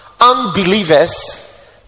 unbelievers